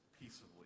peaceably